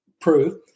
proof